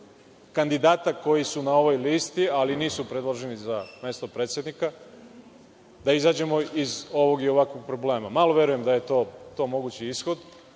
kandidata koji su na ovoj listi, ali nisu predloženi za mesto predsednika, da izađemo iz ovog i ovakvog problema. Malo verujem da je to mogući ishod,